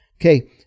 Okay